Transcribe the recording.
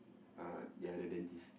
uh ya the dentist